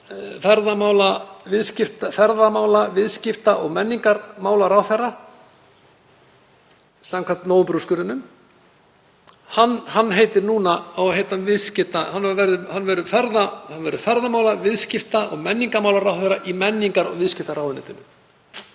ferðamála, viðskipta- og menningarmálaráðherra, samkvæmt nóvemberúrskurðinum. Hann verður ferðamála-, viðskipta- og menningarmálaráðherra í menningar- og viðskiptaráðuneytinu.